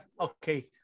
okay